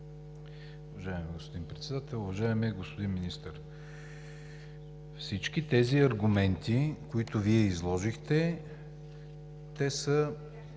Уважаеми господин Председател! Уважаеми господин Министър, всички тези аргументи, които изложихте, са